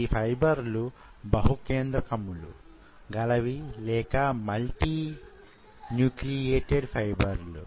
ఈ ఫైబర్లు బహు కేంద్రకములు గలవి లేక మల్టిన్యూక్లియేటెడ్ ఫైబర్లు